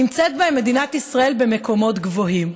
מדינת ישראל נמצאת בהם במקומות גבוהים.